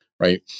right